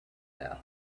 now